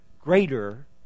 greater